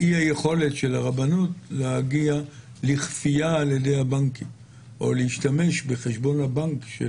אי-היכולת של הרבנות להגיע לכפייה על ידי הבנקים או להשתמש בחשבון הבנק.